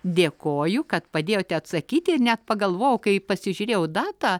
dėkoju kad padėjote atsakyti ir net pagalvojau kai pasižiūrėjau datą